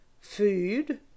food